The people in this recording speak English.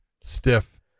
stiff